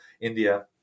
India